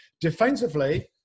Defensively